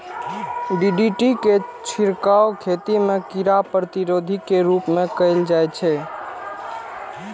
DDT के छिड़काव खेती मे कीड़ा प्रतिरोधी के रूप मे कैल जाइ छै